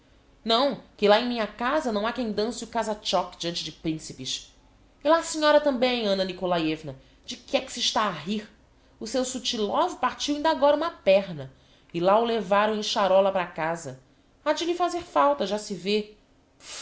não que lá em minha casa não ha quem danse o kazatchok diante de principes e lá a senhora tambem anna nikolaievna de que é que se está a rir o seu suchilov partiu indagora uma perna e lá o levaram em charóla para casa ha de lhe fazer falta já se vê